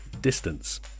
distance